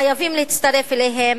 חייבים להצטרף אליהם,